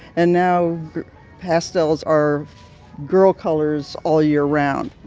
and now pastels are girl colors all year round,